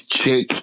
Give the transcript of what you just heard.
chick